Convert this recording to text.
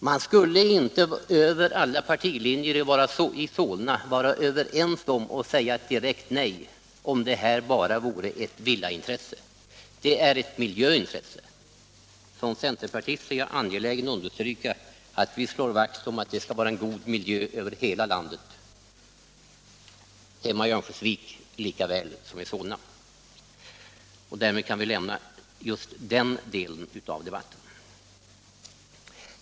Man skulle inte över alla partilinjer i Solna säga direkt nej om det bara var fråga om ett villaägarintresse. Det är ett miljöintresse, och som centerpartist är jag angelägen att understryka att vi slår vakt om en god miljö över hela landet — hemma i Örnsköldsvik lika väl som i Solna. Därmed kan vi lämna den delen av debatten.